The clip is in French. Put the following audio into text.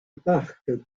parc